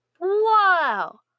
wow